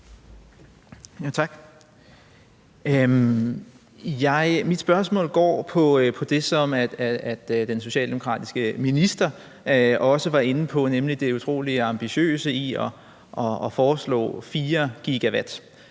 Mit spørgsmål går på det, som den socialdemokratiske minister også var inde på, nemlig det utrolig ambitiøse i at foreslå 4 GW.